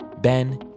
ben